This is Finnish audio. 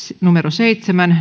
seitsemän